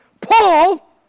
Paul